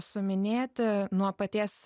suminėti nuo paties